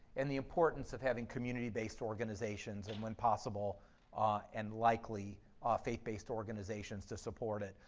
and the importance of having community based organizations and when possible and likely faith based organizations to support it.